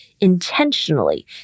intentionally